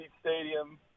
stadium